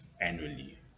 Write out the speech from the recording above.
annually